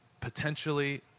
potentially